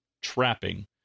trapping